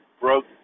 broke